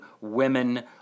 women